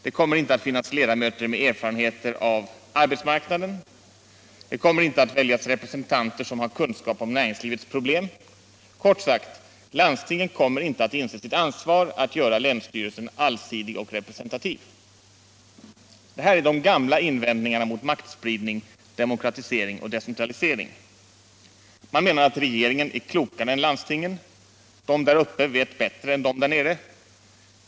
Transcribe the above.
Det kommer inte att finnas ledamöter med erfarenheter av arbetsmarknaden. Det kommer inte att väljas representanter som har kunskap om näringslivets problem. Kort sagt, landstingen kommer inte att inse sitt ansvar att göra länsstyrelsen allsidig och representativ. Detta är de gamla invändningarna mot maktspridning, demokratisering och decentralisering. Man menar att regeringen är klokare än landstingen. De där uppe vet bättre än de där nere.